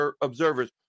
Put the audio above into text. observers